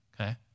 Okay